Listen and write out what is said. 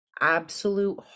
absolute